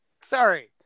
Sorry